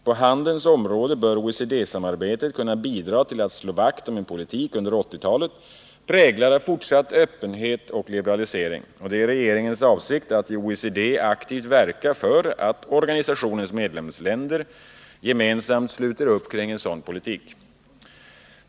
På handelns område bör OECD-samarbetet kunna bidra till att slå vakt om en politik under 1980-talet präglad av fortsatt öppenhet och liberalisering. Det är regeringens avsikt att i OECD aktivt verka för att organisationens medlemsländer gemensamt sluter upp kring en sådan politik.